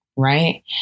Right